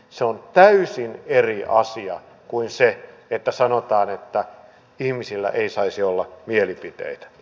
se on täysin eri asia kuin se että sanotaan että ihmisillä ei saisi olla mielipiteitä